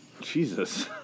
Jesus